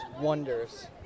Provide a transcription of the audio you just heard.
wonders